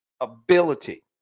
ability